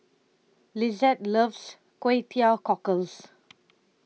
Lizeth loves Kway Teow Cockles